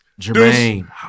Jermaine